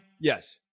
Yes